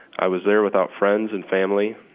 i was there without friends and family,